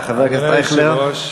חברת הכנסת זהבה גלאון,